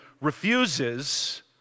refuses